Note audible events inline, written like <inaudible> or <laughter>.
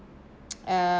<noise> uh